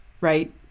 right